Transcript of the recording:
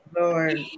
Lord